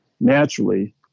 naturally